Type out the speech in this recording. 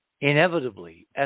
inevitably